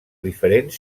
diferents